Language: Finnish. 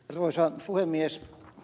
arvoisa puhemies